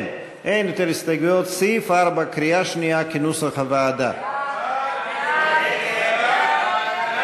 מסירים את הסתייגות מס' 12. אין